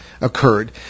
occurred